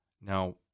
Now